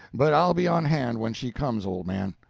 but i'll be on hand when she comes, old man!